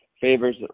Favors